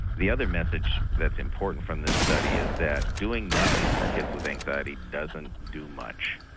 the other message that's important from this study is that doing nothing for kids with anxiety doesn't do much.